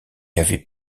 avait